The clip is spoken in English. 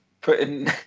putting